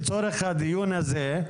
לצורך הדיון הזה,